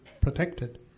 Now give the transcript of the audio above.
protected